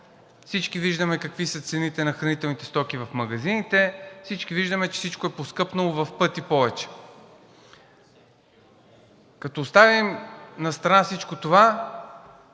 Всички виждаме какви са цените на хранителните стоки в магазините и всички виждаме, че всичко е поскъпнало в пъти повече. Като оставим настрана всичко това,